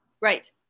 Right